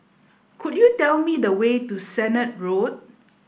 could you tell me the way to Sennett Road